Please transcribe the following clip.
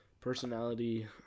personality